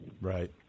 Right